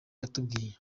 yatubwiye